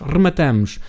Rematamos